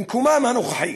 במקומם הנוכחי,